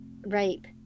rape